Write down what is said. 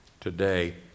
today